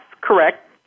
correct